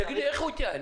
תגיד לי איך הוא יתייעל?